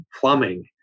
plumbing